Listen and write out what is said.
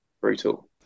Brutal